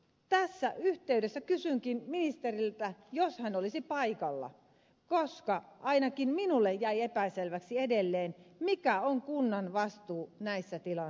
tässä yhteydessä kysyisinkin ministeriltä jos hän olisi paikalla koska ainakin minulle se jäi epäselväksi edelleen mikä on kunnan vastuu näissä tilanteissa